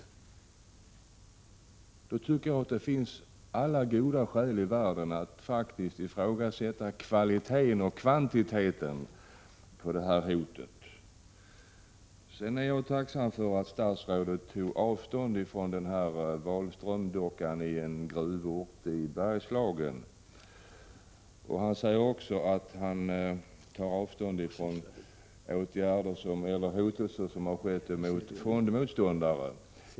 Jag tycker att det finns alla goda skäl i världen att ifrågasätta kvaliteten och kvantiteten på detta hot. Jag är tacksam för att statsrådet tar avstånd från Wahlström-dockan i en gruvort i Bergslagen. Han säger också att han tar avstånd från hotelser som har skett mot fondmotståndare.